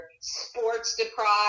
sports-deprived